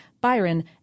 Byron